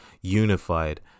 unified